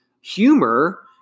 humor